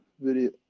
video